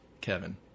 Kevin